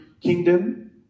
kingdom